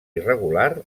irregular